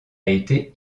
été